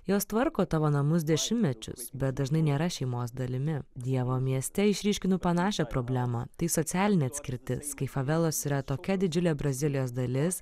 jos tvarko tavo namus dešimtmečius bet dažnai nėra šeimos dalimi dievo mieste išryškinu panašią problemą tai socialinė atskirtis kai favelos yra tokia didžiulė brazilijos dalis